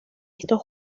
estos